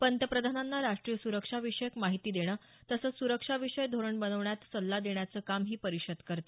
पंतप्रधानांना राष्ट्रीय सुरक्षा विषयक माहिती देणं तसंच सुरक्षा विषय धोरण बनवण्यात सल्ला देण्याचं काम ही परिषद करते